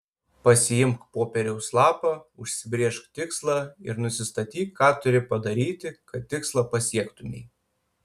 pasiimk popieriaus lapą užsibrėžk tikslą ir nusistatyk ką turi padaryti kad tikslą pasiektumei